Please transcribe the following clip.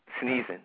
sneezing